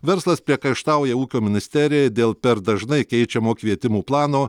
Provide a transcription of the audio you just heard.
verslas priekaištauja ūkio ministerijai dėl per dažnai keičiamo kvietimų plano